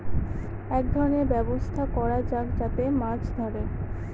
এক ধরনের ব্যবস্থা করা যাক যাতে মাছ ধরে